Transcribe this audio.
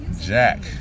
Jack